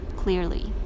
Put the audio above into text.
clearly